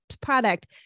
product